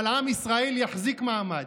אבל עם ישראל יחזיק מעמד.